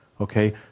okay